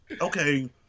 okay